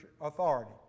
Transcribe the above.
authority